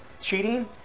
cheating